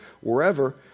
wherever